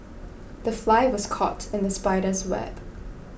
the fly was caught in the spider's web